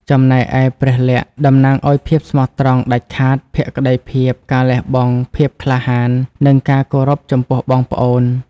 ចំណែកឯ ព្រះលក្សណ៍ តំណាងឱ្យ ភាពស្មោះត្រង់ដាច់ខាត ភក្ដីភាព ការលះបង់ ភាពក្លាហាន និងការគោរពចំពោះបងប្អូន ។